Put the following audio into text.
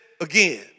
again